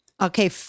Okay